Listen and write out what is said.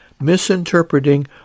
misinterpreting